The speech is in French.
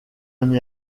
n’ai